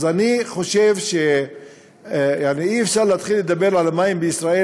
אז אני חושב שהרי אי-אפשר להתחיל לדבר על המים בישראל